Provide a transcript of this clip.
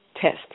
test